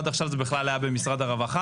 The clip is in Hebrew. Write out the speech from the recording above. עד עכשיו זה היה בכלל במשרד הרווחה.